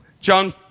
John